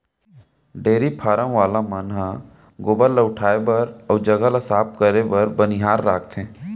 dairy farm वाला मन ह गोबर ल उठाए बर अउ जघा ल साफ करे बर बनिहार राखथें